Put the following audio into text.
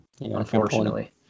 unfortunately